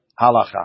halacha